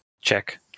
check